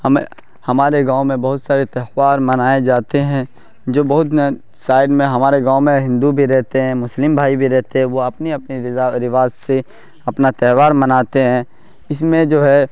ہمیں ہمارے گاؤں میں بہت سارے تہوار منائے جاتے ہیں جو بہت سائڈ میں ہمارے گاؤں میں ہندو بھی رہتے ہیں مسلم بھائی بھی رہتے ہیں وہ اپنی اپنی روات رواج سے اپنا تہوار مناتے ہیں اس میں جو ہے